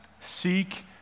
seek